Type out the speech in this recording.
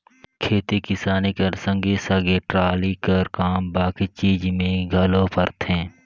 खेती किसानी कर संघे सघे टराली कर काम बाकी चीज मे घलो परथे